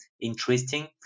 interesting